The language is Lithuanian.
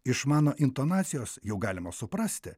iš mano intonacijos jau galima suprasti